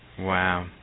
Wow